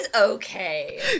okay